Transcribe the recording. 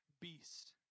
beast